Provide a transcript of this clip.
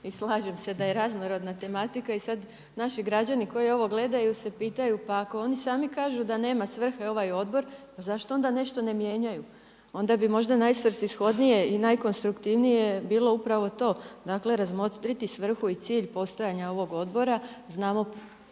i slažem se da je raznorodna tematika i sad naši građani koji ovo gledaju se pitaju, pa ako oni sami kažu da nema svrhe ovaj odbor pa zašto onda nešto ne mijenjaju. Onda bi možda najsvrsishodnije i najkonstruktivnije bilo upravo to, dakle razmotriti svrhu i cilj postojanja ovog odbora. Znamo